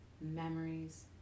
memories